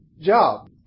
job